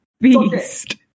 beast